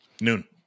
Noon